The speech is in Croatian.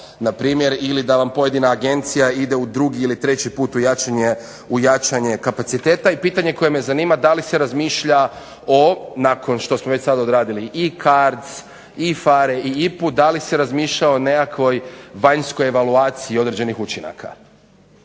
npr. ili da vam pojedina agencija ide u drugi ili treći put u jačanje kapaciteta. I pitanje koje me zanima, da li se razmišlja nakon što smo već sad odradili i CARDS i PHARE i IPA-u, da li se razmišlja o nekakvoj vanjskoj evaluaciji određenih učinaka.